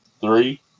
Three